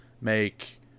make